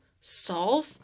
solve